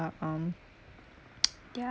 uh um ya